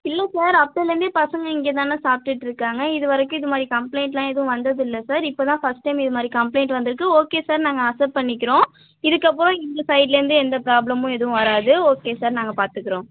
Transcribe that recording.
இல்லை சார் அப்பைலேர்ந்தே பசங்க இங்கே தான் சாப்டுட்டு இருக்காங்க இதுவரைக்கும் இது மாதிரி கம்ப்ளைன்ட்லாம் எதுவும் வந்ததில்லை சார் இப்போ தான் ஃபர்ஸ்ட் டைம் இது இது மாதிரி கம்ப்ளைன்ட் வந்துருக்கு ஓகே சார் நாங்கள் அக்செப்ட் பண்ணிக்குறோம் இதுக்கப்புறம் எங்கள் சைட்லர்ந்து எந்த ப்ராப்ளமும் எதுவும் வராது ஓகே சார் நாங்கள் பார்த்துக்குறோம்